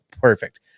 perfect